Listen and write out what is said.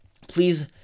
please